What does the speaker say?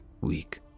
weak